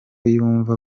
yumva